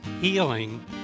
healing